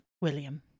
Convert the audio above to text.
William